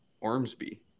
Ormsby